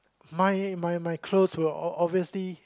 my my my clothes were o~ obviously